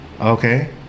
Okay